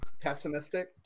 pessimistic